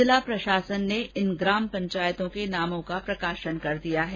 जिला प्रशासन ने इन ग्राम पंचायतों के नामों का प्रकाशन कर दिया गया है